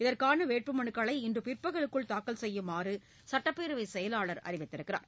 இதற்கான வேட்புமனுக்களை இன்று பிற்பகலுக்குள் தாக்கல் செய்யுமாறு சட்டப்பேரவை செயலாளர் அறிவித்துள்ளார்